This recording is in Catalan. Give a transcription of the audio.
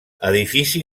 edifici